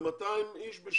מדובר ב-2,000 אנשים.